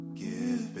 give